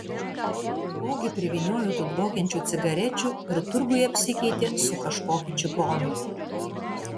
ogi privyniojo tų dvokiančių cigarečių ir turguje apsikeitė su kažkokiu čigonu